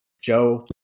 Joe